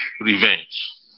revenge